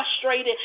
frustrated